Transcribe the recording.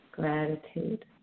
Gratitude